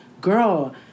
Girl